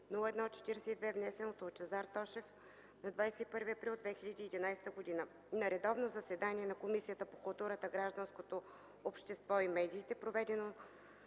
внесен от Лъчезар Тошев на 21 април 2011 г. На редовно заседание на Комисията по културата, гражданското общество и медиите, проведено